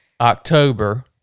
october